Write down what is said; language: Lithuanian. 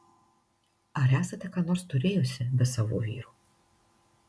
ai esate ką nors turėjusi be savo vyro